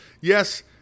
yes